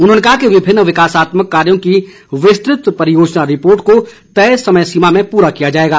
उन्होंने कहा कि विभिन्न विकासात्मक कार्यो की विस्तृत परियोजना रिपोर्ट को तय समय सीमा में पूरा किया जाएगा